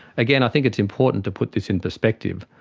again i think it's important to put this in perspective,